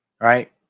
right